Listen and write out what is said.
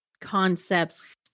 concepts